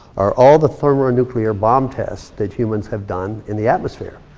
are all the thermonuclear bomb tests that humans have done in the atmosphere.